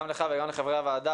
גם לך וגם לחברי הוועדה,